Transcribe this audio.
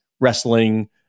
wrestling